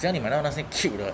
只要你买到那些 cute de